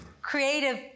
Creative